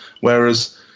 Whereas